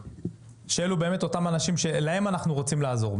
אלה באמת אותם אנשים שלהם אנחנו רוצים לעזור.